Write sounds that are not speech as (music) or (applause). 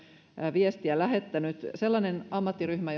viestiä lähettänyt sellainen ammattiryhmä (unintelligible)